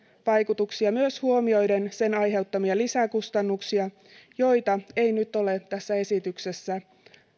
vaikutuksia huomioiden myös sen aiheuttamia lisäkustannuksia joita ei nyt ole tässä esityksessä